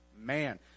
man